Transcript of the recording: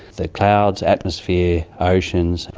the clouds, atmosphere, oceans,